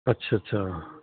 ਅੱਛਿਆ ਅੱਛਿਆ